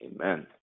Amen